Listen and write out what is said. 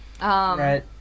Right